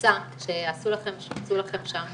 הקבוצה שעשו לכם, שיפצו לכם שם